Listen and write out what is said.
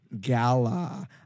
gala